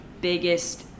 biggest